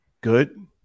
good